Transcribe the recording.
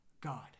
God